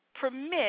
permit